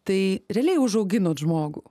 tai realiai užauginot žmogų